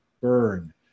burn